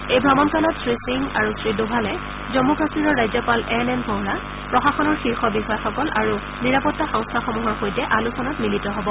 এই ভ্ৰমণকালত শ্ৰীসিং আৰু শ্ৰীদোভালে জম্মু কামীৰৰ ৰাজ্যপাল এন এন ভোহৰা প্ৰশাসনৰ শীৰ্ষ বিষয়াসকল আৰু নিৰাপতা সংস্থাসমূহৰ সৈতে আলোচনাত মিলিত হব